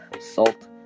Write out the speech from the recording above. Salt